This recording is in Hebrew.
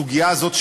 הסוגיה הזאת,